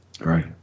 Right